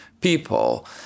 people